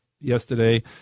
yesterday